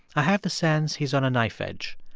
i have the sense he's on a knife edge.